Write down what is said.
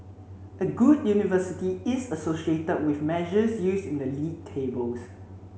a good university is associated with measures used in the league tables